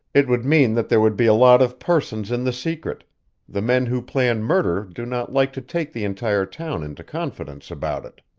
it would mean that there would be a lot of persons in the secret the men who plan murder do not like to take the entire town into confidence about it.